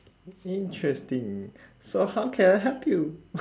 interesting so how can I help you